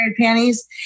panties